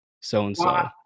so-and-so